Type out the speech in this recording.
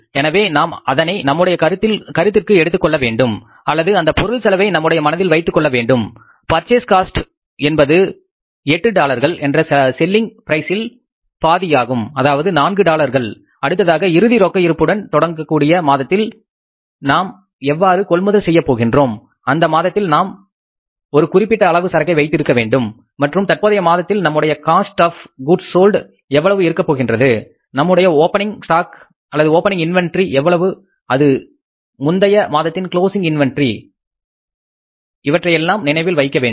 எனவே நாம் அதனை நம்முடைய கருத்திற்கு எடுத்துக்கொள்ள வேண்டும் அல்லது அந்த பொருள் செலவை நம்முடைய மனதில் வைத்துக் கொள்ள வேண்டும் பர்சேஸ் காஸ்ட் என்பது எட்டு டாலர்கள் என்ற செல்லிங் பிரைஸ் இல் பாதியாகும் அதாவது 4 டாலர்கள் அடுத்ததாக இறுதி ரொக்க இருப்பு டன் தொடங்கக்கூடிய மாதத்தில் நாம் எவ்வளவு கொள்முதல் செய்யப் போகின்றோம் அந்த மாதத்தில் நாம் ஒரு குறிப்பிட்ட அளவு சரக்கை வைத்திருக்க வேண்டும் மற்றும் தற்போதைய மாதத்தில் நம்முடைய காஸ்ட் ஆஃ கூட்ஸ் சால்ட் எவ்வளவு இருக்கப்போகின்றது நம்மிடமுள்ள ஓபனிங் இன்வெண்டரி எவ்வளவு அது முந்தைய மாதத்தின் கிளோசிங் இன்வெண்டரி ஆகும் இவற்றையெல்லாம் நினைவில் வைக்கவேண்டும்